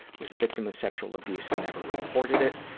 was the victim of sexual abuse and never reported it.